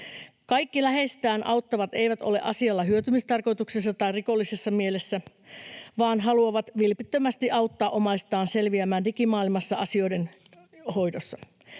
Kaikki läheistään auttavat eivät ole asialla hyötymistarkoituksessa tai rikollisessa mielessä, vaan haluavat vilpittömästi auttaa omaistaan selviämään digimaailmassa asioiden hoidossa.